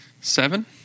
Seven